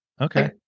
Okay